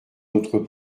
notre